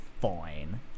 fine